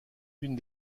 une